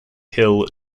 hill